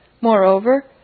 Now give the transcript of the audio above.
Moreover